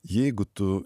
jeigu tu